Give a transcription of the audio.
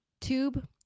tube